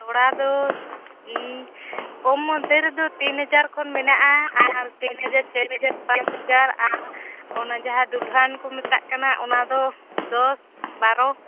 ᱛᱚᱲᱟ ᱫᱚ ᱠᱚᱢ ᱢᱚᱫᱽᱫᱷᱮ ᱨᱮᱫᱚ ᱛᱤᱱ ᱦᱟᱡᱟᱨ ᱠᱷᱚᱱ ᱢᱮᱱᱟᱜᱼᱟ ᱟᱨ ᱦᱟᱱᱛᱮ ᱛᱤᱱ ᱦᱟᱡᱟᱨ ᱪᱟᱨ ᱦᱟᱡᱟᱨ ᱯᱟᱸᱪ ᱦᱟᱡᱟᱨ ᱟᱨ ᱚᱱᱟ ᱡᱟᱦᱟᱸ ᱫᱩᱞᱦᱟᱱ ᱠᱚ ᱢᱮᱛᱟᱜ ᱠᱟᱱᱟ ᱚᱱᱟ ᱫᱚ ᱫᱚᱥ ᱵᱟᱨᱳ